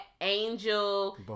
Angel